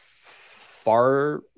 Far